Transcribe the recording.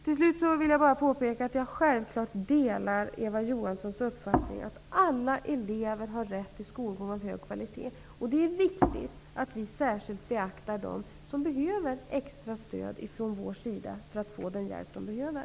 Till slut vill jag bara påpeka att jag självklart delar Eva Johanssons uppfattning, att alla elever har rätt till skolgång av hög kvalitet. Det är viktigt att vi särskilt beaktar dem som behöver extra stöd från vår sida, så att de får den hjälp som de behöver.